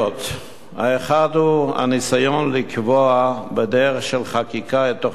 האחת היא הניסיון לקבוע בדרך של חקיקה את תוכנית הלימודים,